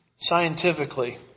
scientifically